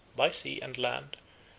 by sea and land,